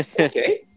okay